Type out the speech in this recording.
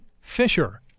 Fisher